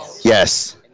Yes